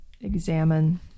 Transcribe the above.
examine